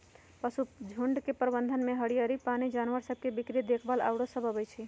पशुझुण्ड के प्रबंधन में हरियरी, पानी, जानवर सभ के बीक्री देखभाल आउरो सभ अबइ छै